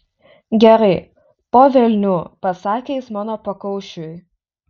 gerai po velnių pasakė jis mano pakaušiui